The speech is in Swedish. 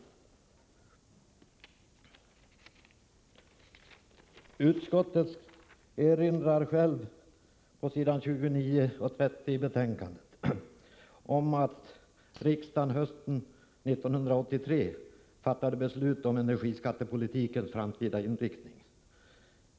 Skatteutskottet erinrar på s. 29 och 30 i betänkande 14 om att riksdagen hösten 1983 fattade beslut om energiskattepolitikens framtida inriktning.